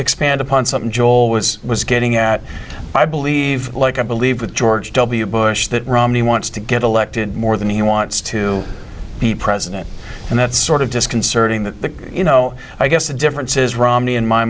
expand upon something joel was was getting at i believe like i believe with george w bush that romney wants to get elected more than he wants to be president and that's sort of disconcerting that you know i guess the difference is romney in my